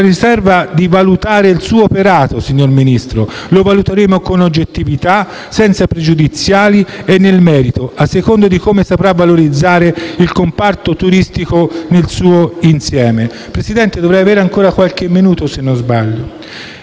riserva di valutare il suo operato, signor Ministro: lo valuteremo con oggettività, senza pregiudiziali e nel merito, a seconda di come saprà valorizzare il comparto turistico nel suo insieme. Vorrei altresì evidenziare il nostro